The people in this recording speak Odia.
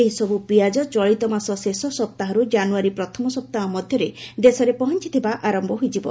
ଏହି ସବ୍ର ପିଆଜ ଚଳିତମାସ ଶେଷ ସପ୍ତାହର୍ ଜାନ୍ରୟାରୀ ପ୍ରଥମ ସପ୍ତାହ ମଧ୍ୟରେ ଦେଶରେ ପହଞ୍ଚୁବା ଆରମ୍ଭ ହୋଇଯିବ